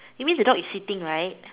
you means the dog is sitting right